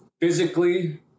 physically